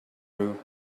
rule